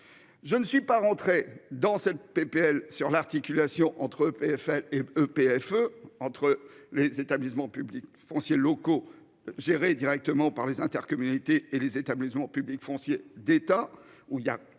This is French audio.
Je ne suis pas rentrer dans cette PPL sur l'articulation entre EPFL et EPF eux entre les établissements publics fonciers locaux gérés directement par les intercommunalités et les États maison public foncier d'État où il y a